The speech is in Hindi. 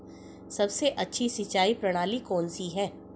सबसे अच्छी सिंचाई प्रणाली कौन सी है?